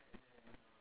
ya